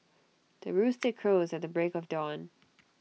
the rooster crows at the break of dawn